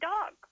Dog